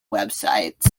websites